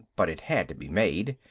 but it had to be made.